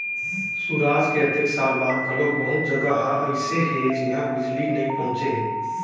सुराज के अतेक साल बाद घलोक बहुत जघा ह अइसे हे जिहां बिजली नइ पहुंचे हे